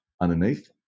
underneath